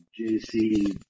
JC